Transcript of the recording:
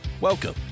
Welcome